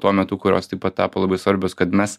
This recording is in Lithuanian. tuo metu kurios taip pat tapo labai svarbios kad mes